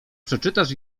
przeczytasz